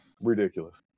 ridiculous